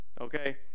okay